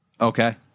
Okay